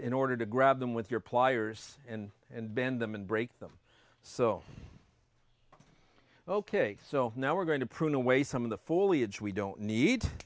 in order to grab them with your pliers and and bend them and break them so ok so now we're going to prune away some of the foliage we don't need